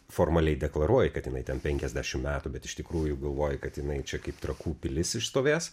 formaliai deklaruoji kad jinai ten penkiasdešim metų bet iš tikrųjų galvoji kad jinai čia kaip trakų pilis iš stovės